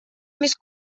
més